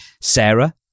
Sarah